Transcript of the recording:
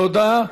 תודה.